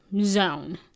zone